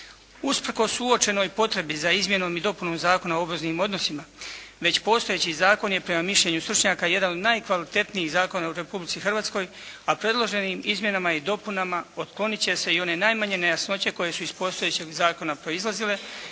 Usprkos uočenoj potrebi za izmjenom i dopunom Zakona o obveznim odnosima već postojeći zakon je prema mišljenju stručnjaka jedan od najkvalitetnijih zakona u Republici Hrvatskoj. A predloženim izmjenama i dopunama otklonit će se i one najmanje nejasnoće koje su iz postojećeg zakona proizlazile,